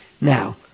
Now